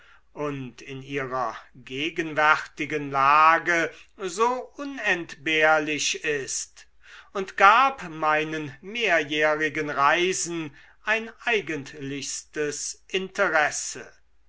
und in ihrer gegenwärtigen lage so unentbehrlich ist und gab meinen mehrjährigen reisen ein eigentlichstes interesse